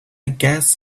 guess